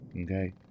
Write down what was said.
Okay